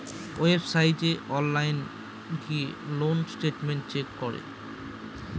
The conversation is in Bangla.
ওয়েবসাইটে অনলাইন গিয়ে লোন স্টেটমেন্ট চেক করে